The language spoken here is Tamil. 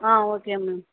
ஆ ஓகே ம்